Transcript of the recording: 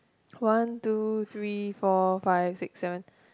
one two three four five six seven